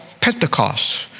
Pentecost